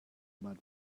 bad